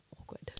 awkward